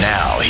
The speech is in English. Now